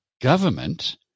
government